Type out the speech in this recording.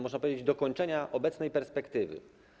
można powiedzieć, że dokończenia obecnej perspektywy.